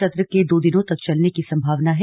सत्र के दो दिनों तक चलने की संभावना है